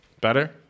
Better